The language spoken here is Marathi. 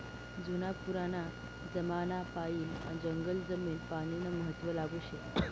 जुना पुराना जमानापायीन जंगल जमीन पानीनं महत्व लागू शे